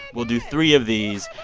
we'll do three of these.